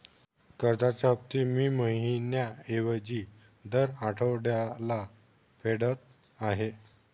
कर्जाचे हफ्ते मी महिन्या ऐवजी दर आठवड्याला फेडत आहे